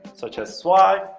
such as swag,